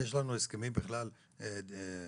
אם יש לנו הסכמים בכלל איתם.